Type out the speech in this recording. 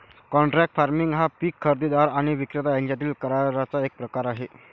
contract farming हा पीक खरेदीदार आणि विक्रेता यांच्यातील कराराचा एक प्रकार आहे